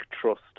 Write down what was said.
trust